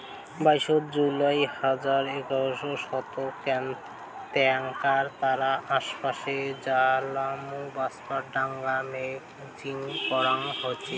বাইশ জুলাই দুই হাজার এগারো সনত এ্যাকনা তারার আশেপাশে জলীয়বাষ্পর ডাঙর মেঘ শিজ্জন করা হইচে